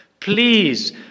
Please